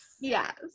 yes